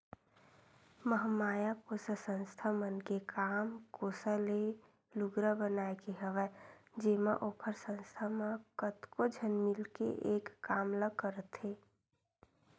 महामाया कोसा संस्था मन के काम कोसा ले लुगरा बनाए के हवय जेमा ओखर संस्था म कतको झन मिलके एक काम ल करथे